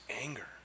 anger